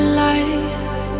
life